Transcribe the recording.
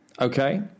Okay